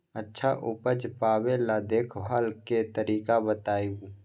अच्छा उपज पावेला देखभाल के तरीका बताऊ?